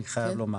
אני חייב לומר.